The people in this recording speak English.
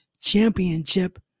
championship